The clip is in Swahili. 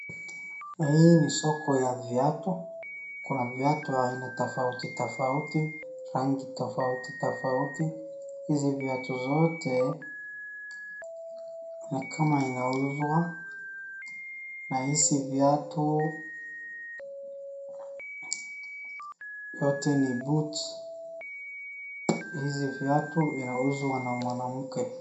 Hii ni soko ya viatu, kuna viatu aina tofauti tofauti, rangi tofauti tofauti. Hizi viatu zote ni kama inauzwa, na hizi viatu yote ni boots hizi viatu inauzwa na mwanamke.